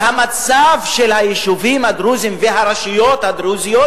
שהמצב של היישובים הדרוזיים והרשויות הדרוזיות